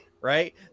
right